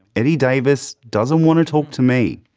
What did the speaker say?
eddie davis doesn't want to talk to me.